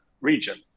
region